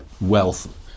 wealth